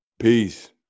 peace